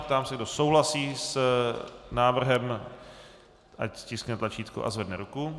Ptám se, kdo souhlasí s návrhem, ať stiskne tlačítko a zvedne ruku.